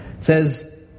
says